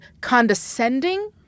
condescending